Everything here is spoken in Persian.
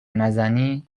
نزنی